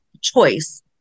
choice